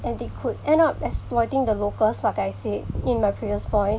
and it could end up exploiting the locals like I said in my previous point